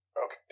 Okay